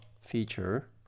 feature